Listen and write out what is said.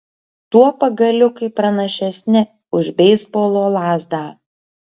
tuo pagaliukai pranašesni už beisbolo lazdą